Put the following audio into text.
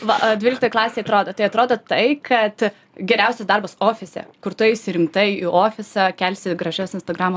va dvyliktoj klasėj atrodo tai atrodo tai kad geriausias darbas ofise kur tu eisi rimtai į ofisą kelsi gražias instagramo